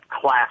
Class